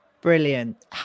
Brilliant